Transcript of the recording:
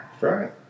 Right